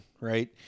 right